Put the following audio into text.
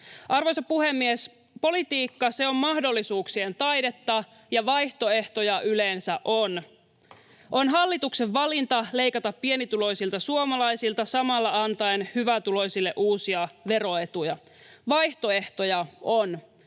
Arvoisa puhemies! Politiikka, se on mahdollisuuksien taidetta, ja vaihtoehtoja yleensä on. On hallituksen valinta leikata pienituloisilta suomalaisilta samalla antaen hyvätuloisille uusia veroetuja. Vaihtoehtoja on.